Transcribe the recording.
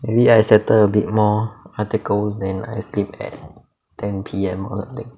maybe I settle a bit more articles then I sleep at ten P_M